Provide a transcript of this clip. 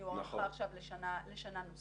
היא הוארכה עכשיו לשנה נוספת.